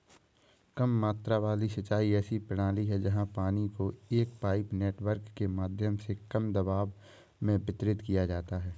कम मात्रा वाली सिंचाई ऐसी प्रणाली है जहाँ पानी को एक पाइप नेटवर्क के माध्यम से कम दबाव में वितरित किया जाता है